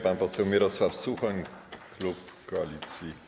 Pan poseł Mirosław Suchoń, klub Koalicji